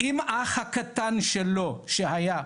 עם האח הקטן שלו שהיה קטין,